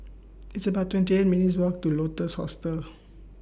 It's about twenty eight minutes' Walk to Lotus Hostel